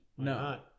No